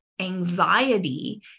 anxiety